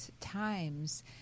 times